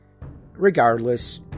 Regardless